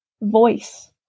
voice